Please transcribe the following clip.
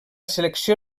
selecció